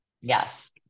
yes